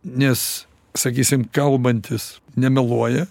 nes sakysim kalbantis nemeluoja